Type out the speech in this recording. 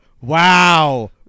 wow